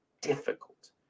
difficult